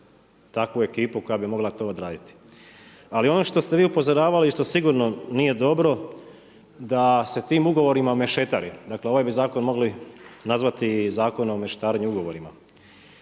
takvu ekipu koja bi mogla to odraditi. Ali ono što ste vi upozoravali i što sigurno nije dobro, da se tim ugovorima mešetari. Dakle ovaj bi zakon mogli nazvati i zakonu o mešetarenju ugovora.